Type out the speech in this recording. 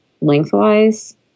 lengthwise